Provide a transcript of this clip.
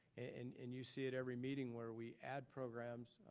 and and you see at every meeting where we add programs,